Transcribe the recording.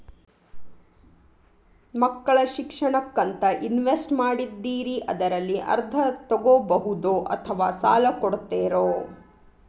ಮಕ್ಕಳ ಶಿಕ್ಷಣಕ್ಕಂತ ಇನ್ವೆಸ್ಟ್ ಮಾಡಿದ್ದಿರಿ ಅದರಲ್ಲಿ ಅರ್ಧ ತೊಗೋಬಹುದೊ ಅಥವಾ ಸಾಲ ಕೊಡ್ತೇರೊ?